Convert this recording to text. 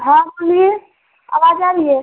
हाँ बोलिए आवाज आ रही है